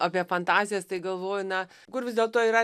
apie fantazijas tai galvoju na kur vis dėlto yra